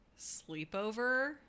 sleepover